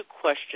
question